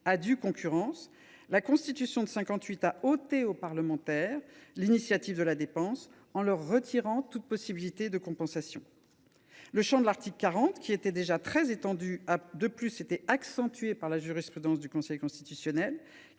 à due concurrence, la Constitution du 4 octobre 1958 a ôté aux parlementaires l’initiative de la dépense, en leur retirant toute possibilité de compensation. Le champ de l’article 40, qui était déjà très étendu, a, de plus, été élargi par la jurisprudence du Conseil constitutionnel,